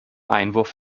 einwurf